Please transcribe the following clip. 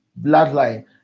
bloodline